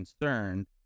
concerned